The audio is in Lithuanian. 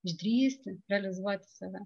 išdrįsti realizuoti save